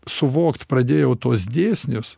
suvokt pradėjau tuos dėsnius